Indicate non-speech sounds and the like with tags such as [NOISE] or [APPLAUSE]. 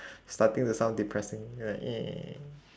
starting to sound depressing like [NOISE]